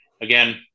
again